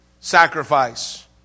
sacrifice